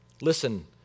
Listen